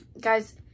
guys